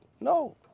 No